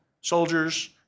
soldiers